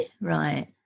Right